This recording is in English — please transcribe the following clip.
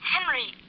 Henry